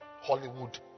Hollywood